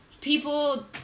People